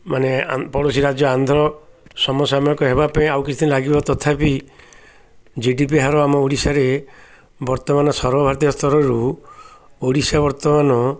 ମାନେ ପଡ଼ୋଶୀ ରାଜ୍ୟ ଆନ୍ଧ୍ର ସମସାମୟିକ ହେବାପାଇଁ ଆଉ କିଛି ଲାଗିବ ତଥାପି ଜି ଡ଼ି ପି ହାର ଆମ ଓଡ଼ିଶାରେ ବର୍ତ୍ତମାନ ସର୍ବଭାରତୀୟ ସ୍ତରରୁ ଓଡ଼ିଶା ବର୍ତ୍ତମାନ